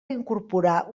incorporar